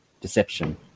deception